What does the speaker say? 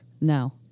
No